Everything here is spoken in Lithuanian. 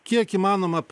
kiek įmanoma